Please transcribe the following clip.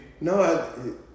No